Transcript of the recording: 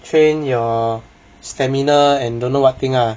train your stamina and don't know what thing ah